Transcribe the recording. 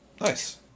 Nice